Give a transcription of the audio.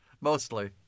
Mostly